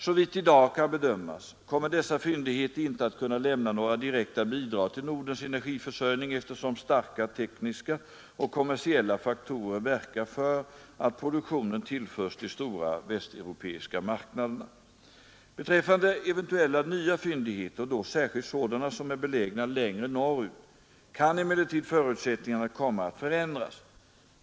Såvitt i dag kan bedömas kommer dessa fyndigheter inte att kunna lämna några direkta bidrag till Nordens energiförsörjning, eftersom starka tekniska och kommersiella faktorer verkar för att produktionen tillförs de stora västereropeiska marknaderna. Beträffande eventuella nya fyndigheter, och då särskilt sådana som är belägna längre norrut, kan emellertid förutsättningarna komma att förändras.